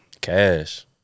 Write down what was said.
Cash